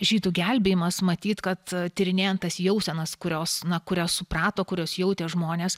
žydų gelbėjimas matyt kad tyrinėjant tas jausenas kurios na kurias suprato kurias jautė žmonės